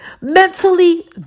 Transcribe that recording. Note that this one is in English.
Mentally